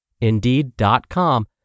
Indeed.com